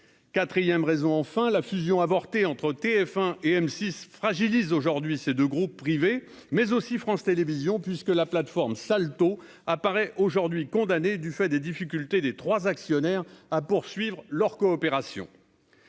quatrièmes raisons enfin la fusion avortée entre TF1 et M6 fragilise aujourd'hui ces 2 groupes privés mais aussi France Télévision puisque la plateforme Salto apparaît aujourd'hui condamnés, du fait des difficultés des 3 actionnaires à poursuivre leur coopération.